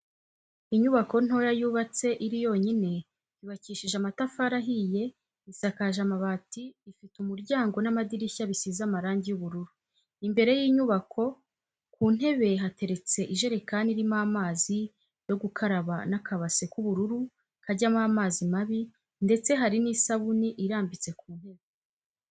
Inyubako ntoya yubatse iri yonyine, yubakishije amatafari ahiye isakaje amabati ifite umuryango n'amadirishya bisize amarangi y'ubururu, imbere y'inyubako ku ntebe hateretse ijerekani irimo amazi yo gukaraba n'akabase k'ubururu kajyamo amazi mabi ndetse hari n'isabuni irambitse ku ntebe.